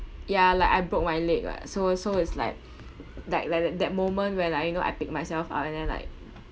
ya like I broke my leg [what] so so is like that tha~ that moment when like you know I picked myself up and then like